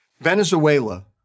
Venezuela